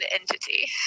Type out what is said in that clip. entity